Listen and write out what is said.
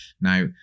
Now